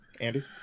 Andy